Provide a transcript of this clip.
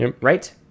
Right